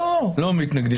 לא מתנגדים.